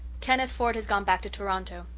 kenneth ford has gone back to toronto.